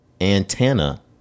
antenna